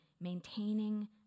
maintaining